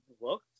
look